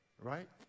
Right